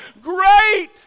great